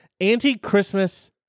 anti-Christmas